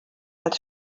als